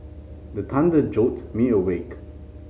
the thunder jolt me awake